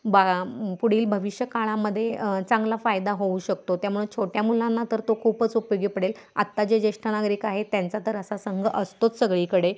बा पुढील भविष्य काळामध्ये चांगला फायदा होऊ शकतो त्यामुळं छोट्या मुलांना तर तो खूपच उपयोगी पडेल आत्ता जे ज्येष्ठ नागरिक आहे त्यांचा तर असा संघ असतोच सगळीकडे